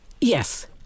Yes